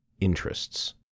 interests